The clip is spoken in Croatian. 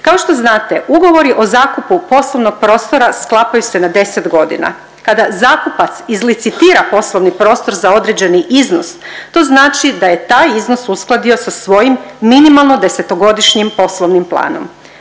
Kao što znate ugovori o zakupu poslovnog prostora sklapaju se na 10 godina, kada zakupac izlicitira poslovni prostor za određeni iznos to znači da je taj iznos uskladio sa svojim minimalno desetogodišnjim poslovnim planom.